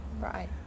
Right